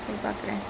ya